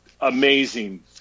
amazing